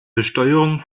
besteuerung